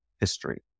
History